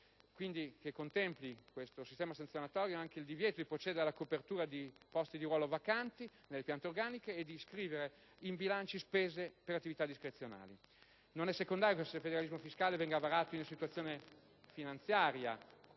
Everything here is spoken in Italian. giusto che chi sbaglia paghi), che contempla il divieto di procedere alla copertura di posti di ruolo vacanti nelle piante organiche e di iscrivere in bilancio spese per attività discrezionali. Non è secondario che il federalismo fiscale venga varato in una situazione finanziaria